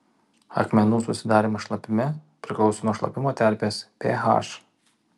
akmenų susidarymas šlapime priklauso nuo šlapimo terpės ph